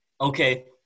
Okay